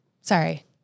Sorry